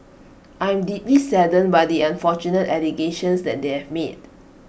I am deeply saddened by the unfortunate allegations that they have made